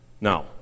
Now